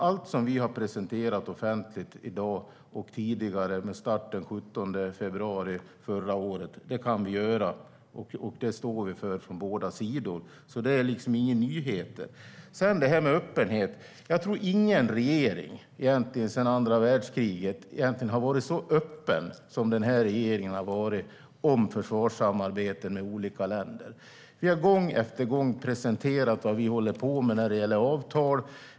Allt som vi presenterat offentligt i dag och tidigare, med start den 17 februari förra året, står vi för från båda sidor. Det är alltså inga nyheter. Vad gäller öppenhet tror jag inte att någon regering sedan andra världskriget varit så öppen om försvarssamarbeten med olika länder som den nuvarande regeringen. Vi har gång efter gång presenterat vad vi håller på med när det gäller avtal.